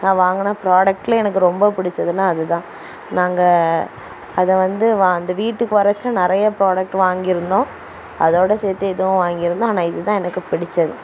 நான் வாங்கின ப்ராடக்ட்ல எனக்கு ரொம்ப பிடிச்சதுன்னா அதுதான் நாங்கள் அதை வந்து அந்த வீட்டுக்கு வரச்சுல நிறைய ப்ராடக்ட் வாங்கியிருந்தோம் அதோட சேத்து இதுவும் வாங்கியிருந்தோம் ஆனால் இதுதான் எனக்கு பிடித்தது